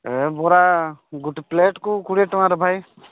ବରା ଗୋଟେ ପ୍ଳେଟ୍କୁ କୋଡ଼ିଏ ଟଙ୍କା ଭାଇ